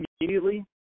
immediately